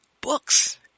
books